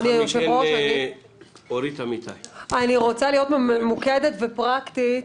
אני רוצה להיות ממוקדת ופרקטית.